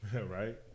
right